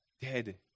Dead